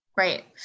Right